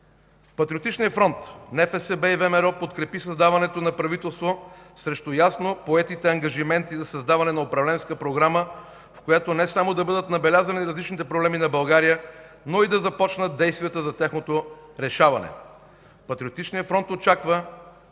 Патриотичният фронт – НФСБ и ВМРО, подкрепи създаването на правителство срещу ясно поетите ангажименти за създаване на управленска програма, в която не само да бъдат набелязани различните проблеми на България, но и да започнат действията за тяхното решаване. Патриотичният фронт очаква